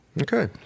Okay